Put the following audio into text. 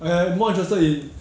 okay I'm more interested in